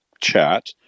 chat